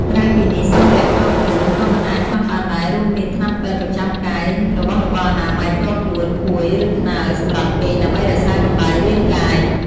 ក្រៅពីនេះ សម្ភារៈផ្ទាល់ខ្លួន ក៏មិនអាចខ្វះបានដែរ រួមមាន ថ្នាំពេទ្យប្រចាំកាយ របស់របរអនាម័យផ្ទាល់ខ្លួន ភួយ ឬ ក្នើយ សម្រាប់គេងដើម្បីរក្សាកម្ដៅរាងកាយ។